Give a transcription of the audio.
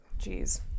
Jeez